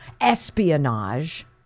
espionage